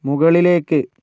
മുകളിലേക്ക്